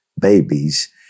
babies